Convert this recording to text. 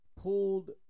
pulled